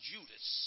Judas